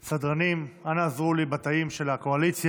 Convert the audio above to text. סדרנים, אנא עזרו לי בתאים של הקואליציה.